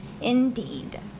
indeed